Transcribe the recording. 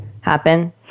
happen